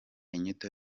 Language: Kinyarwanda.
inyito